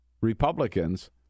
Republicans